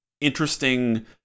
interesting